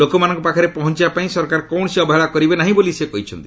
ଲୋକମାନଙ୍କ ପାଖରେ ପହଞ୍ଚବା ପାଇଁ ସରକାର କୌଣସି ଅବହେଳା କରିବେ ନାହିଁ ବୋଲି ସେ କହିଛନ୍ତି